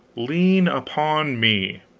lean upon me.